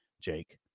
Jake